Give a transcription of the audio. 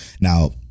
Now